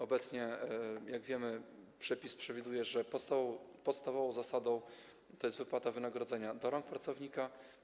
Obecnie, jak wiemy, przepis przewiduje, że podstawową zasadą jest wypłata wynagrodzenia do rąk pracownika.